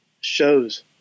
shows